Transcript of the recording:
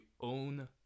own